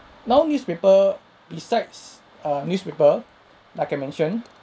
now newspaper besides err newspaper like I mentioned